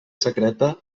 secreta